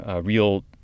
real